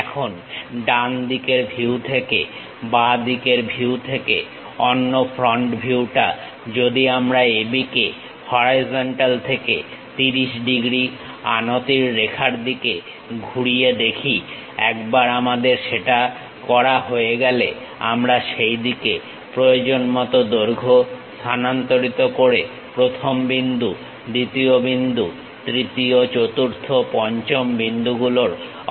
এখন ডান দিকের ভিউ থেকে বাঁ দিকের ভিউ থেকে অন্য ফ্রন্ট ভিউটা যদি আমরা AB কে হরাইজন্টাল থেকে 30 ডিগ্রী আনতির রেখায় ঘুরিয়ে দেখি একবার আমাদের সেটা করা হয়ে গেলে আমরা সেইদিকে প্রয়োজনমতো দৈর্ঘ্য স্থানান্তরিত করে 1ম বিন্দু 2য় বিন্দু 3য় 4 র্থ 5ম বিন্দুগুলোর অবস্থান নির্দেশ করতে পারবো